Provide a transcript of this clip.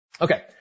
Okay